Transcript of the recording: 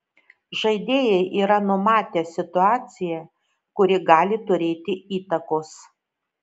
žaidėjai yra numatę situaciją kuri gali turėti įtakos